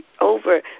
over